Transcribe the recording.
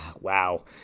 Wow